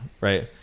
right